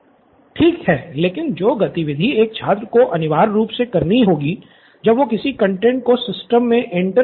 student Nithin ठीक है लेकिन जो गतिविधि एक छात्र को अनिवार्य रूप से करनी होगी जब वो किसी कंटैंट को सिस्टम मे एंटर होगी